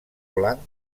blanc